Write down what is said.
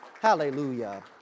hallelujah